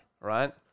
right